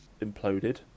imploded